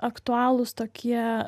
aktualūs tokie